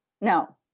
No